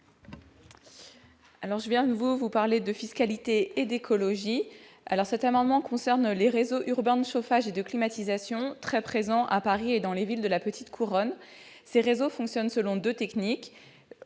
Je vais de nouveau parler de fiscalité et d'écologie. Cet amendement a trait aux réseaux urbains de chauffage et de climatisation très présents à Paris et dans les villes de la petite couronne. Ces réseaux fonctionnent selon deux techniques.